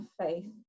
faith